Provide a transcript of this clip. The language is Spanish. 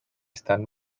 están